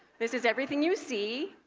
this is everything you see,